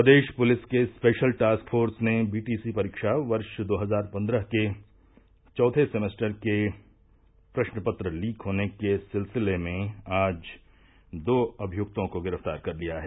प्रदेश police के special task force ने BTC परीक्षा वर्ष दो हज़ार पन्द्रह के चौथे सेमेस्टर के प्रश्नपत्र लीक होने के सिलसिले में आज दो अभियुक्तों को गिरफ़्तार कर लिया है